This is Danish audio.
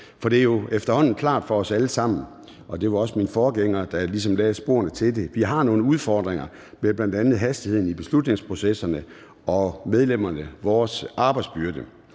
for det er jo efterhånden klart for os alle sammen – og det var min forgænger, der ligesom lagde sporene til det – at vi har nogle udfordringer med bl.a. hastigheden i beslutningsprocesserne og vores arbejdsbyrde.